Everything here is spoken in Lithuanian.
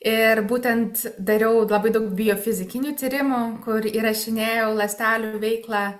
ir būtent dariau labai daug biofizikinių tyrimų kur įrašinėjau ląstelių veiklą